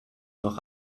noch